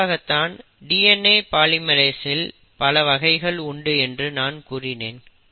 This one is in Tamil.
இதற்காக தான் DNA பாலிமெரேஸ்ஸில் பல வகைகள் உண்டு என்று கூறினேன்